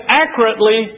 accurately